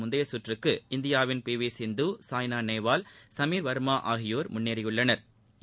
முந்தைய குற்றுக்கு இந்தியாவின் பி வி சிந்து சாய்னா நேவால் மற்றும் சமீர் வர்மா ஆகியோர் முன்னேறியுள்ளனா்